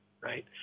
right